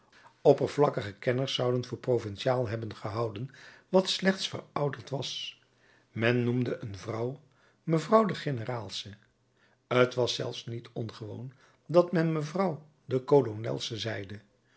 oppervlakkige kenners zouden voor provinciaal hebben gehouden wat slechts verouderd was men noemde een vrouw mevrouw de generaalse t was zelfs niet ongewoon dat men mevrouw de kolonelse zeide